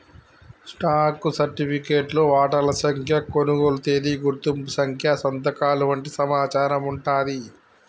stock సర్టిఫికేట్లో వాటాల సంఖ్య, కొనుగోలు తేదీ, గుర్తింపు సంఖ్య సంతకాలు వంటి సమాచారం వుంటాంది